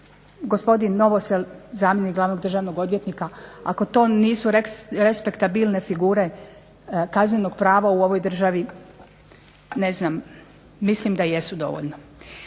profesor Novosel, zamjenik glavnog državnog odvjetnika. Ako to nisu respektabilne figure kaznenog prava u ovoj državi, ne znam, mislim da jesu dovoljno.